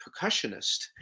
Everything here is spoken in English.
percussionist